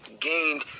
gained